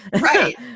Right